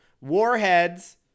warheads